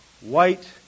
white